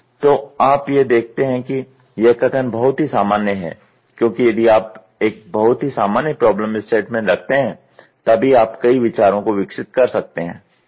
तो आप यह देखते हैं कि यह कथन बहुत ही सामान्य है क्योंकि यदि आप एक बहुत ही सामान्य प्रॉब्लम स्टेटमेंट रखते हैं तभी आप कई विचारों को विकसित कर सकते हैं ठीक है